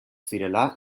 zirela